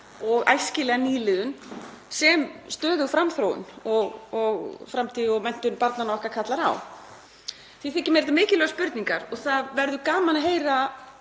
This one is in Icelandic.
og æskilega nýliðun sem stöðug framþróun og framtíð og menntun barnanna okkar kallar á. Því þykja mér þetta mikilvægar spurningar og það verður gaman að heyra